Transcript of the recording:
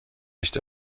nicht